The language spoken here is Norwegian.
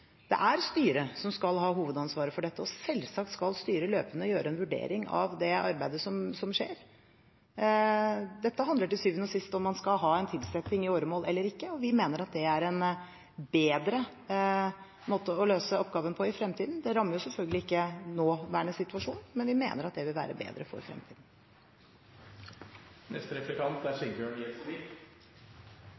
Det er styret som skal ha hovedansvaret for dette, og selvsagt skal styret løpende gjøre en vurdering av det arbeidet som skjer. Dette handler til syvende og sist om man skal ha en tilsetting i åremål eller ikke. Vi mener at det er en bedre måte å løse oppgaven på i fremtiden. Det rammer selvfølgelig ikke nåværende situasjon, men vi mener at det vil være bedre for